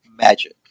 magic